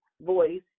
voice